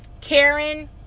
Karen